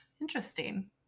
interesting